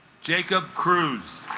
jacob cruz